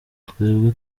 twebwe